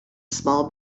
small